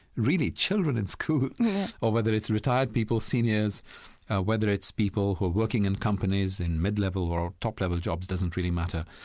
really children in school or whether it's retired people, seniors, or whether it's people who are working in companies in mid-level or top-level jobs, doesn't really matter.